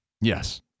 Yes